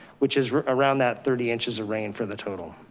which is around that thirty inches of rain for the total.